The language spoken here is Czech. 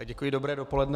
Děkuji, dobré dopoledne.